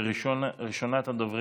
ראשונת הדוברים,